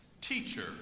Teacher